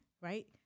Right